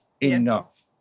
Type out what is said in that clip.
enough